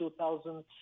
2000